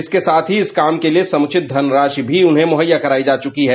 इसके साथ ही इस काम के लिए समुचित धनराशि भी उन्हें मुहैया कराई जा चुकी है